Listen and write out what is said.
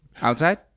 Outside